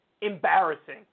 Embarrassing